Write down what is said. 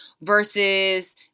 versus